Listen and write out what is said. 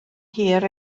hir